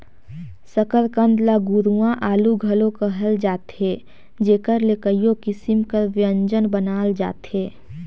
सकरकंद ल गुरूवां आलू घलो कहल जाथे जेकर ले कइयो किसिम कर ब्यंजन बनाल जाथे